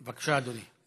בבקשה, אדוני.